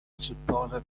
supported